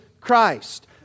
Christ